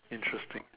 interesting